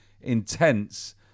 intense